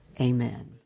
Amen